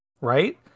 right